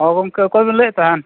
ᱦᱮᱸ ᱜᱚᱢᱠᱮ ᱚᱠᱚᱭ ᱵᱤᱱ ᱞᱟᱹᱭᱮᱫ ᱛᱟᱦᱮᱱ